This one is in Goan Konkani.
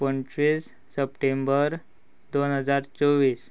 पंचवीस सप्टेंबर दोन हजार चोवीस